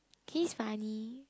he is funny